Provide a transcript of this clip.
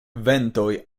ventoj